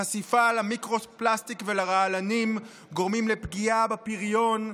החשיפה למיקרו-פלסטיק ולרעלנים גורמים לפגיעה בפריון,